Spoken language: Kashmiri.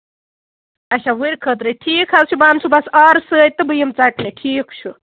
اَچھا ؤرِ خٲطرٕے ٹھیٖک حظ بہٕ اَنہٕ صبُحس آرٕ سۭتۍ تہٕ بہٕ یِمہٕ ژَٹنہِ